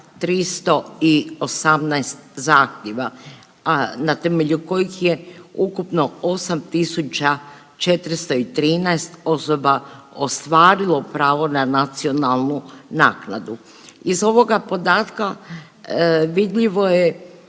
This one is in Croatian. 16.318 zahtjeva, a na temelju kojih je ukupno 8413 osoba ostvarilo pravo na nacionalnu naknadu. Iz ovoga podatka vidljivo je